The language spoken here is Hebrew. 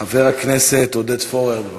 חבר הכנסת עודד פורר, בבקשה.